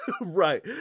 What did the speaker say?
Right